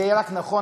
זה יהיה רק נכון,